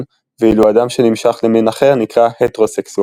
ואילו אדם שנמשך למין אחר נקרא הטרוסקסואל.